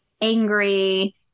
angry